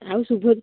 ଆଉ ଶୁଭ